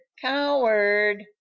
coward